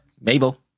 Mabel